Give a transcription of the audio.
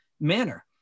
manner